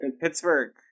Pittsburgh